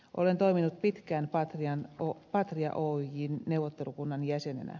olen toiminut pitkään patria oyjn neuvottelukunnan jäsenenä